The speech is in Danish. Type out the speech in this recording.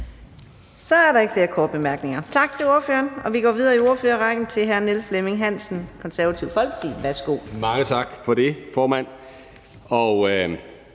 Så er der ikke flere korte bemærkninger. Tak til ordføreren. Vi går videre i ordførerrækken til hr. Niels Flemming Hansen, Det Konservative Folkeparti. Værsgo. Kl. 15:19 (Ordfører) Niels